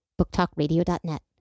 booktalkradio.net